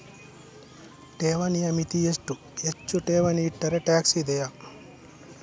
ಠೇವಣಿಯ ಮಿತಿ ಎಷ್ಟು, ಹೆಚ್ಚು ಠೇವಣಿ ಇಟ್ಟರೆ ಟ್ಯಾಕ್ಸ್ ಇದೆಯಾ?